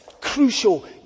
crucial